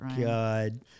God